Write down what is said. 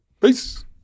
peace